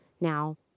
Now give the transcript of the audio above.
now